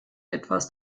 etwas